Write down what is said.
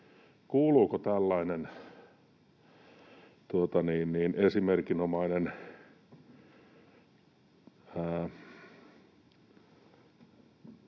Kuuluuko tällainen esimerkinomainen